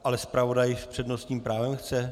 Ale zpravodaj s přednostním právem chce?